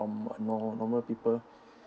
from nor~ normal people